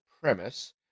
premise